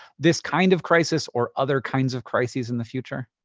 this kind of crisis or other kinds of crises in the future?